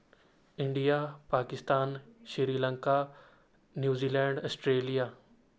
India Pakistan Sri Lanka New Zealand Australia